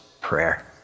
prayer